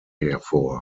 hervor